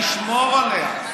ישמור עליה,